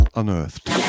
unearthed